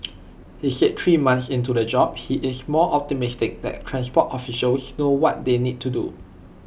he said three months into the job he is more optimistic that transport officials know what they need to do